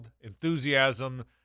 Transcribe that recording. enthusiasm